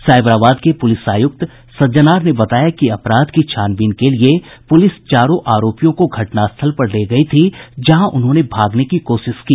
साइबराबाद के पूलिस आयुक्त सज्जनार ने बताया कि अपराध की छानबीन के लिए पुलिस चारों आरोपियों को घटनास्थल पर ले गई थी जहां उन्होंने भागने की कोशिश की